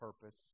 purpose